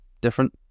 different